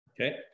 Okay